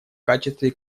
качестве